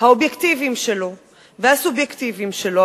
האובייקטיביים והסובייקטיביים שלו,